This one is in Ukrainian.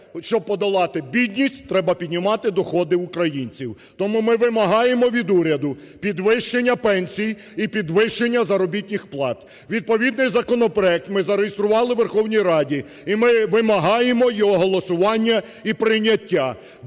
Відповідний законопроект ми зареєстрували в Верховній Раді і ми вимагаємо його голосування і прийняття.